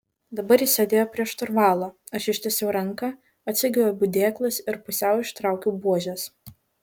dabar jis sėdėjo prie šturvalo aš ištiesiau ranką atsegiau abu dėklus ir pusiau ištraukiau buožes